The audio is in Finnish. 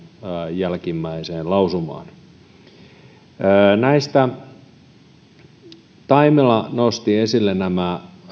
jälkimmäiseen lausumaan taimela nosti esille nämä